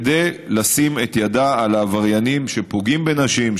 כדי לשים אתה ידה על העבריינים שפוגעים בנשים,